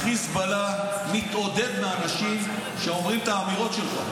חיזבאללה מתעודד מאנשים שאומרים את האמירות שלך,